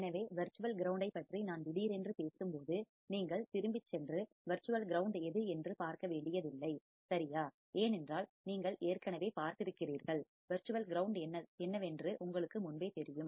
எனவே வர்ச்சுவல் கிரவுண்டைப் பற்றி நான் திடீரென்று பேசும்போது நீங்கள் திரும்பிச் சென்று வர்ச்சுவல் கிரவுண்ட் எது என்று பார்க்க வேண்டியதில்லை சரியா ஏனென்றால் நீங்கள் ஏற்கனவே பார்த்திருக்கிறீர்கள் வர்ச்சுவல் கிரவுண்ட் என்னவென்று உங்களுக்கு முன்பே தெரியும்